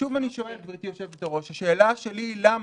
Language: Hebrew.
ושוב אני שואל, גברתי היושבת ראש, השאלה שלי למה,